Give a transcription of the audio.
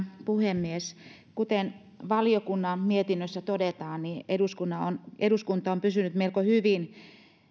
puhemies kuten valiokunnan mietinnössä todetaan eduskunta on pystynyt melko hyvin